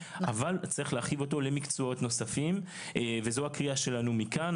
אבל צריך להרחיב אותו למקצועות נוספים וזו הקריאה שלנו מכאן,